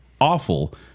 awful